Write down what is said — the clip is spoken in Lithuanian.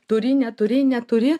turi neturi neturi